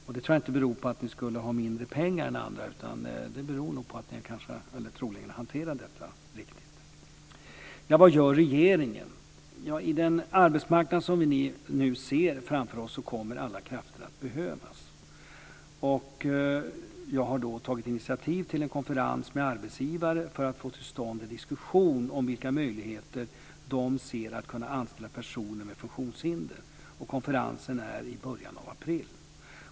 Jag tror inte att det beror på att ni skulle ha mindre pengar än andra, utan det beror troligen på att ni hanterar detta riktigt. Vad gör då regeringen? I den arbetsmarknad som vi nu ser framför oss kommer alla krafter att behövas. Jag har tagit initiativ till en konferens med arbetsgivare för att få till stånd en diskussion om vilka möjligheter de ser att anställa personer med funktionshinder. Konferensen blir i början av april.